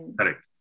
Correct